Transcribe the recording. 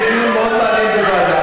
יהיה דיון מאוד מעניין בוועדה.